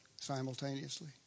simultaneously